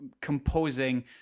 composing